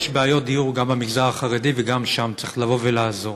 יש בעיות דיור במגזר החרדי וגם שם צריך לבוא ולעזור,